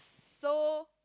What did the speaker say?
so